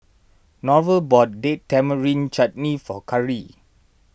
Norval bought Date Tamarind Chutney for Karri